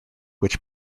which